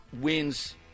wins